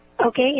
Okay